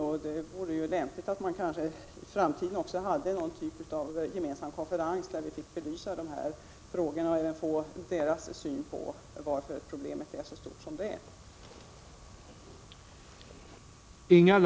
Lämpligt vore också att man i framtiden hade någon typ av gemensam konferens, där vi fick belysa de här frågorna och även få dessa organs syn på varför problemet är så stort som det är.